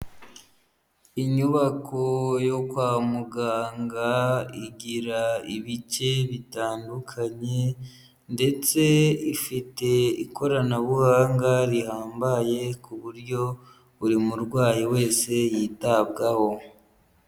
Inyubako yo kwa muganga igira ibice bitandukanye ndetse ifite ikoranabuhanga rihambaye ku buryo buri murwayi wese yitabwaho.